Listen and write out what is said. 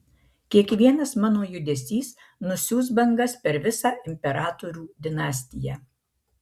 kiekvienas mano judesys nusiųs bangas per visą imperatorių dinastiją